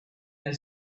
and